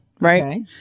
Right